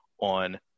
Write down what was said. on